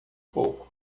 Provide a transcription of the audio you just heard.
pouco